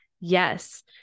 Yes